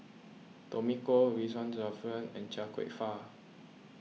Tommy Koh Ridzwan Dzafir and Chia Kwek Fah